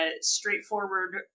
straightforward